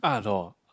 art or